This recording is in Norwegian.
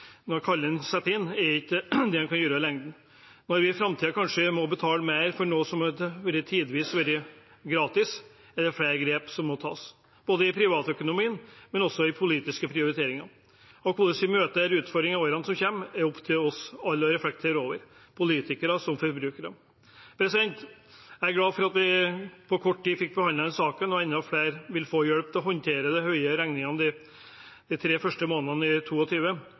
setter inn, er ikke noe vi kan gjøre i lengden. Når vi i framtiden kanskje må betale mer for noe som tidvis har vært gratis, er det flere grep som må tas – både i privatøkonomien og også i politiske prioriteringer. Hvordan vi møter de utfordringene i årene som kommer, er opp til oss alle å reflektere over – politikere som forbrukere. Jeg er glad for at vi på kort tid fikk behandlet saken, slik at enda flere får hjelp til å håndtere de høye regningene de tre første månedene i